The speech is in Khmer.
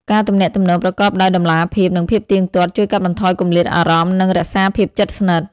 ចែករំលែករឿងរ៉ាវប្រចាំថ្ងៃ ទាំងរឿងល្អៗ និងរឿងពិបាកៗ ដោយស្តាប់គ្នាទៅវិញទៅមកទាំងយកចិត្តទុកដាក់ ហើយបង្ហាញពីអារម្មណ៍ពិតរបស់យើងដោយមិនលាក់បាំង។